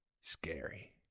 scary